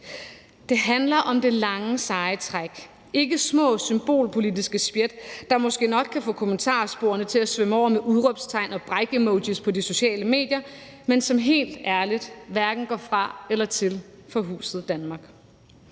Det handler om det lange, seje træk, ikke små symbolpolitiske spjæt, der måske nok kan få kommentarsporene til at svømme over med udråbstegn og brækemojis på de sociale medier, men som helt ærligt hverken gør fra eller til for huset Danmark.